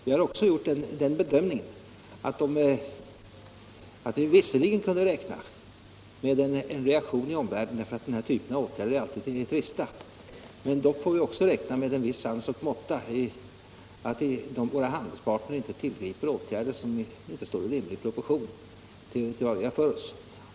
Vi har också gjort bedömningen att vi visserligen kunde räkna med en reaktion i omvärlden därför att åtgärder av den här typen alltid är litet trista, men vi får också räkna med en viss sans och måtta, att våra handelspartner inte tillgriper åtgärder som inte står i rimlig proportion till det vi har för oss.